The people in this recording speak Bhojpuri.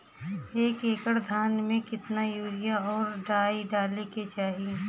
एक एकड़ धान में कितना यूरिया और डाई डाले के चाही?